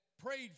Prayed